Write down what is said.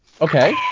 okay